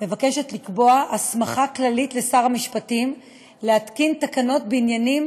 מוצע לקבוע הסמכה כללית לשר המשפטים להתקין תקנות בעניינים